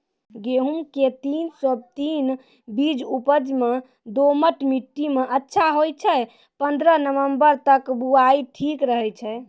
गेहूँम के तीन सौ तीन बीज उपज मे दोमट मिट्टी मे अच्छा होय छै, पन्द्रह नवंबर तक बुआई ठीक रहै छै